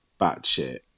batshit